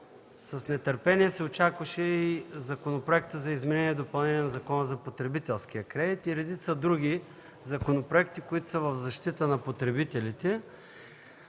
с нетърпение се очакваше и Законопроектът за изменение и допълнение на Закона за потребителския кредит и редица други законопроекти, които са в защита на потребителите,